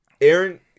Aaron